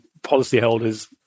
policyholder's